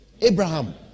Abraham